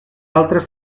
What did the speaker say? altres